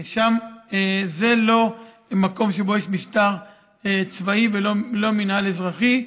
זה לא מקום שבו יש משטר צבאי או מינהל אזרחי,